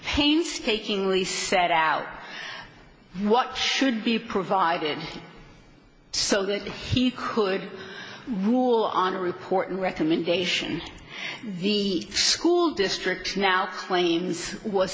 painstakingly set out what should be provided so that he could rule on reporting recommendation the school districts now planes was